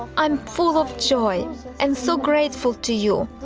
i'm full of joy and so grateful to you.